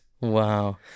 Wow